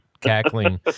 cackling